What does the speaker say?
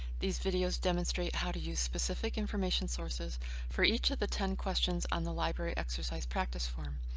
these videos demonstrate how to use specific information sources for each of the ten questions on the library exercise practice form.